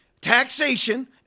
taxation